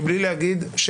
ובלי להגיד,